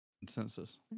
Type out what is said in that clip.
consensus